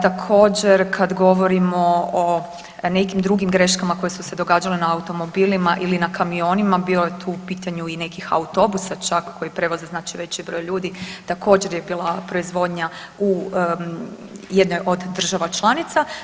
Također kad govorimo o nekim drugim greškama koje su se događale na automobilima ili na kamionima bio je tu u pitanju i nekih autobusa čak koji prevoze znači veći broj ljudi također je bila proizvodnja u jednoj država članica.